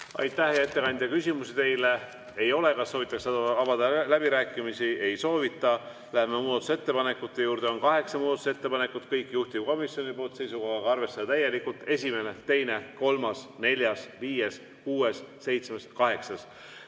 Aitäh, hea ettekandja! Küsimusi teile ei ole. Kas soovitakse avada läbirääkimisi? Ei soovita. Läheme muudatusettepanekute juurde. On kaheksa muudatusettepanekut, kõik juhtivkomisjoni esitatud, seisukohaga arvestada täielikult: esimene, teine, kolmas, neljas, viies, kuues, seitsmes, kaheksas.